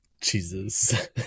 Jesus